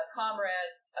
comrades